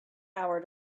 hour